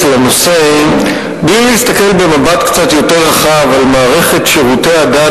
לנושא בלי להסתכל במבט יותר רחב על מערכת שירותי הדת